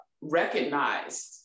recognized